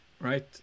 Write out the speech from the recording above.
right